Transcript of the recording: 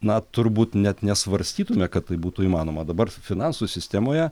na turbūt net nesvarstytume kad tai būtų įmanoma dabar finansų sistemoje